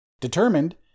Determined